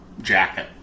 jacket